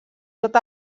tot